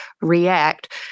react